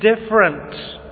different